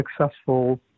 successful